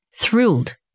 thrilled